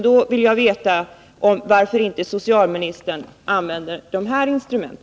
Då vill jag veta varför inte socialministern använder dessa instrument.